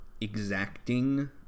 exacting